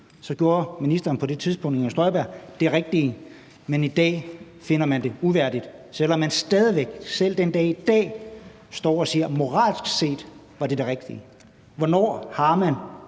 set gjorde ministeren på det tidspunkt, fru Inger Støjberg, det rigtige, men at man i dag finder det uværdigt, selv om man stadig væk, selv den dag i dag, står og siger, at det moralsk set var det rigtige? Hvornår er man